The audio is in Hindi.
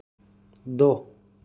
दो